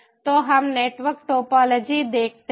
तो हम network topology देखते हैं